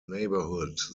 neighborhood